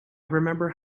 remember